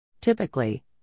Typically